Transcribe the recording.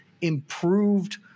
improved